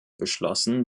beschlossen